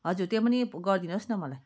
हजुर त्यो पनि गरिदिनुहोस् न मलाई